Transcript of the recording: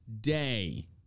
Day